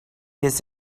his